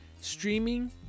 streaming